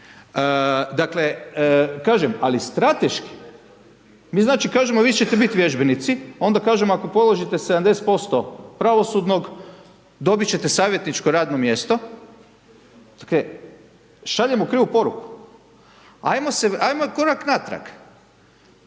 Dakle, kažem, ali strateški, mi znači kažemo vi ćete biti vježbenici, onda kažemo ako položite 70% pravosudnog, dobiti ćete savjetničko radno mjesto, ok, šaljemo krivu poruku. Ajmo korak natrag,